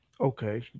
Okay